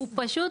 הוא פשוט,